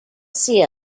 see